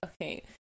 okay